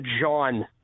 John